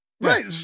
Right